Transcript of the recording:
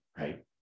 right